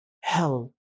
hell